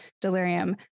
delirium